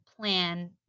plan